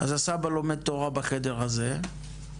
הסבא לומד תורה בחדר הזה,